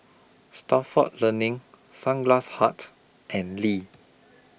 Stalford Learning Sunglass Hut and Lee